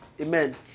Amen